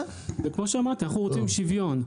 אנחנו רוצים שוויון.